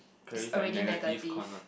it's already negative